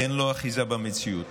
אין לו אחיזה במציאות.